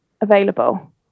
available